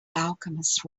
alchemist